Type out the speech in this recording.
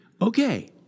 Okay